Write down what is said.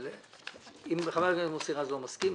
אבל אם חבר הכנסת מוסי רז לא מסכים,